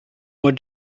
what